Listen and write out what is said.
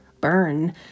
burn